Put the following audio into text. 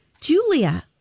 Julia